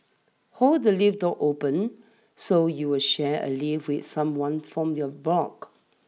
hold the lift door open so you'll share a lift with someone from your block